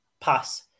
pass